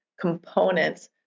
components